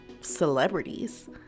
celebrities